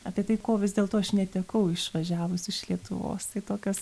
apie tai ko vis dėlto aš netekau išvažiavus iš lietuvos tai tokios